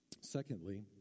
Secondly